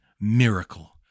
miracle